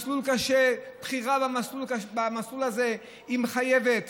מסלול קשה, בחירה במסלול הזה מחייבת